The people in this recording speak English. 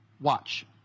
Watch